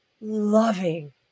loving